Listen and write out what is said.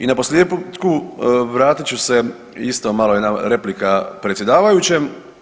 I na posljetku vratit ću se isto malo jedna replika predsjedavajućem.